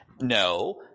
no